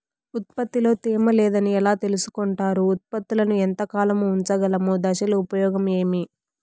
ఉత్పత్తి లో తేమ లేదని ఎలా తెలుసుకొంటారు ఉత్పత్తులను ఎంత కాలము ఉంచగలము దశలు ఉపయోగం ఏమి?